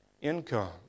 income